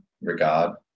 regard